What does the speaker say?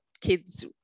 kids